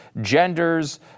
genders